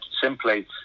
simply